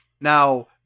Now